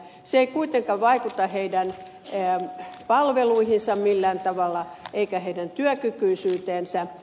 se ei kuitenkaan vaikuta heidän palveluihinsa millään tavalla eikä heidän työkykyisyyteensä